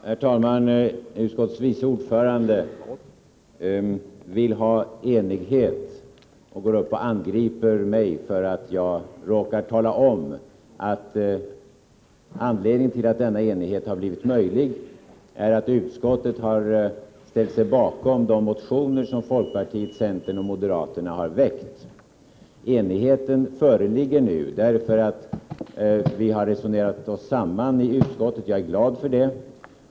Herr talman! Utskottets vice ordförande vill ha enighet — och går upp och angriper mig för att jag råkar tala om att anledningen till att denna enighet har blivit möjlig är att utskottet har ställt sig bakom de motioner som folkpartiet, centern och moderaterna har väckt. Enigheten föreligger nu därför att vi har resonerat oss samman i utskottet. Jag är glad för det.